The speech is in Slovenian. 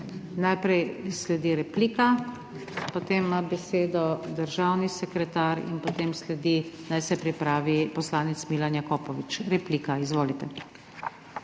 Najprej sledi replika, potem ima besedo državni sekretar in potem naj se pripravi poslanec Milan Jakopovič. Replika, izvolite.